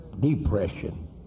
Depression